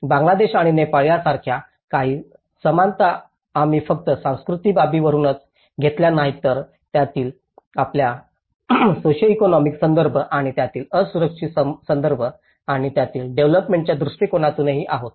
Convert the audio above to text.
बांगलादेश आणि नेपाळ यासारख्या काही समानता आम्ही फक्त सांस्कृतिक बाबीवरूनच घेतल्या नाहीत तर त्यातील आपल्या सॉसिओ इकॉनॉमिक संदर्भ आणि त्यातील असुरक्षित संदर्भ आणि त्यातील डेव्हलोपमेंट च्या दृष्टीकोनातूनही आहोत